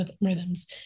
rhythms